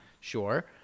sure